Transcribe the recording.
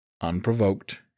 unprovoked